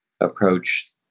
approach